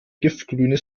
giftgrüne